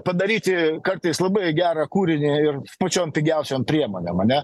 padaryti kartais labai gerą kūrinį ir pačiom pigiausiom priemonėm ane